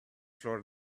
floor